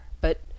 But